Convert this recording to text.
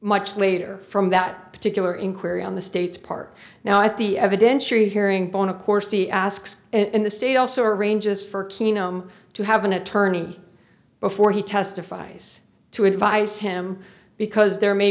much later from that particular inquiry on the state's part now at the evidentiary hearing bone of course he asks and the state also arranges for him to have an attorney before he testifies to advise him because there may